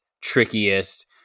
trickiest